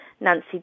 Nancy